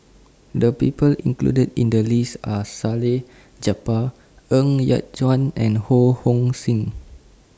The People included in The list Are Salleh Japar Ng Yat Chuan and Ho Hong Sing